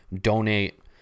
donate